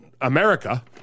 America